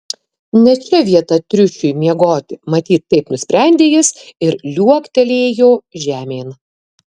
ne čia vieta triušiui miegoti matyt taip nusprendė jis ir liuoktelėjo žemėn